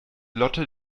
lotte